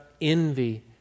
envy